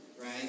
right